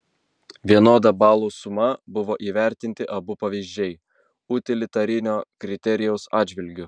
vienoda balų suma buvo įvertinti abu pavyzdžiai utilitarinio kriterijaus atžvilgiu